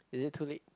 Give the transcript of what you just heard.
is it too late